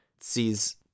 sees